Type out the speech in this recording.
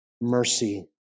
mercy